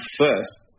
first